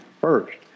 first